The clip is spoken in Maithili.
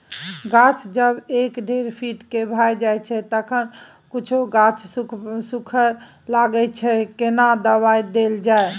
गाछ जब एक डेढ फीट के भ जायछै तखन कुछो गाछ सुखबय लागय छै केना दबाय देल जाय?